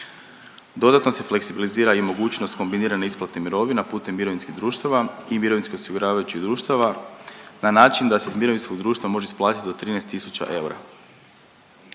Dodatno se fleksibilizira i mogućnost kombinirane isplate mirovina putem mirovinskih društava i mirovinskih osiguravajućih društava na način da se iz mirovinskog društva može isplatit do 13 tisuća eura.